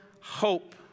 hope